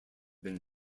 been